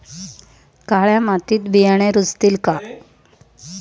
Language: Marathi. काळ्या मातीत बियाणे रुजतील का?